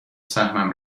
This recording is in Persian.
سهمم